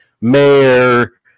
Mayor